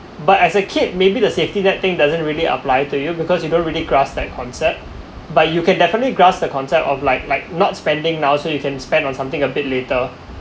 but as a kid maybe the safety net thing doesn't really apply to you because you don't really grasp that concept but you can definitely grasp the concept of like like not spending now so you can spend on something a bit later